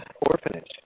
orphanage